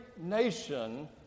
nation